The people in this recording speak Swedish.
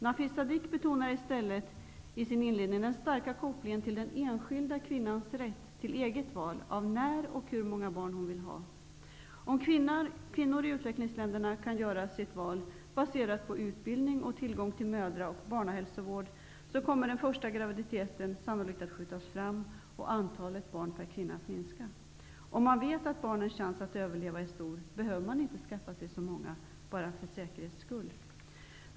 Nafis Sadik betonade i stället i sin inledning den starka kopplingen till den enskilda kvinnans rätt till eget val av när hon vill ha barn och hur många barn hon vill ha. Om kvinnor i utvecklingsländerna kan göra sitt val baserat på utbildning och tillgång till mödraoch barnahälsovård kommer den första graviditeten sannolikt att skjutas fram och antalet barn per kvinna att minska. Om man vet att barnens chans att överleva är stor behöver man inte skaffa sig så många barn ''bara för säkerhets skull''.